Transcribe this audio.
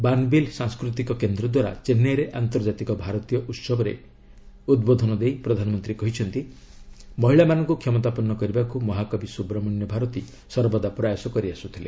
ବାନବିଲ୍ ସାଂସ୍କୃତିକ କେନ୍ଦ୍ ଦାରା ଚେନ୍ନାଇରେ ଆନ୍ତର୍ଜାତିକ ଭାରତୀ ଉସବରେ ଉଦ୍ବୋଧନ ଦେଇ ପ୍ରଧାନମନ୍ତ୍ରୀ କହିଛନ୍ତି ମହିଳାମାନଙ୍କୁ କ୍ଷମତାପନ୍ନ କରିବାକୁ ମହାକବି ସୁବ୍ରମଣ୍ୟ ଭାରତୀ ସର୍ବଦା ପ୍ରୟାସ କରିଆସୁଥିଲେ